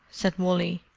said wally.